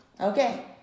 Okay